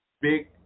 big